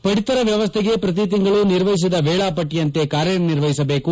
ಪಡಿತರ ವ್ಯವಸ್ಥೆಗೆ ಪ್ರಹಿತಿಂಗಳು ನಿರ್ವಹಿಸಿದ ವೇಳಾಪಟ್ಟಿಯಂತೆ ಕಾರ್ಯನಿರ್ವಹಿಸಬೇಕು